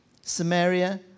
Samaria